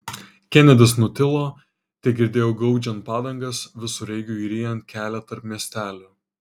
kenedis nutilo tegirdėjau gaudžiant padangas visureigiui ryjant kelią tarp miestelių